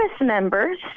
members